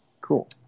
Cool